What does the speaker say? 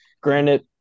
Granted